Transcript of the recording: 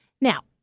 Now